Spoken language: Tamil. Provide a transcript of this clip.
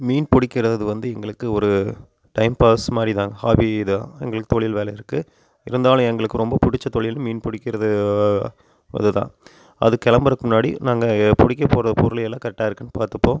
மீன் பிடிக்கிறது வந்து எங்களுக்கு ஒரு டைம் பாஸ் மாதிரி தான் ஹாபி தான் எங்களுக்கு தொழில் வேலை இருக்குது இருந்தாலும் எங்களுக்கு ரொம்ப பிடிச்ச தொழில் மீன் பிடிக்கிறது அது தான் அது கிளம்புறக்கு முன்னாடி நாங்கள் பிடிக்க போகிற பொருள் எல்லாம் கரெக்டாக இருக்கான்னு பார்த்துப்போம்